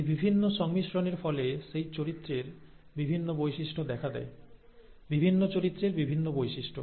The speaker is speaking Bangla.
এই বিভিন্ন সংমিশ্রণের ফলে সেই চরিত্রের বিভিন্ন বৈশিষ্ট্য দেখা দেয় বিভিন্ন চরিত্রের বিভিন্ন বৈশিষ্ট্য